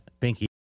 Binky